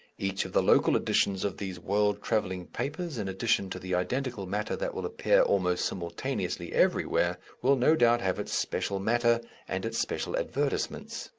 each of the local editions of these world travelling papers, in addition to the identical matter that will appear almost simultaneously everywhere, will no doubt have its special matter and its special advertisements.